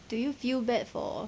do you feel bad for